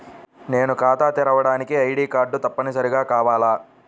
నేను ఖాతా తెరవడానికి ఐ.డీ కార్డు తప్పనిసారిగా కావాలా?